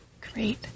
Great